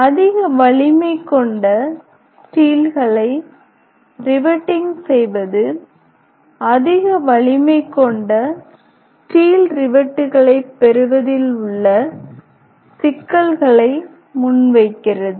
அதிக வலிமை கொண்ட ஸ்டீல்களை ரிவெட்டிங் செய்வது அதிக வலிமை கொண்ட ஸ்டீல் ரிவெட்டுகளைப் பெறுவதில் உள்ள சிக்கல்களை முன்வைக்கிறது